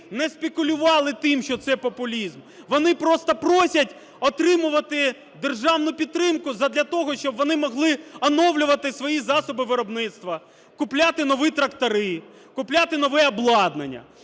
не спекулювали тим, що це популізм. Вони просто просять отримувати державну підтримку задля того, щоб вони могли оновлювати свої засоби виробництва, купляти нові трактори, купляти нове обладнання.